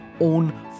own